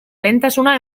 lehentasuna